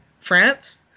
France